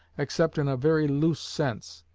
except in a very loose sense,